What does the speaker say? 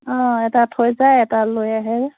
অঁ এটা থৈ যায় এটা লৈ আহে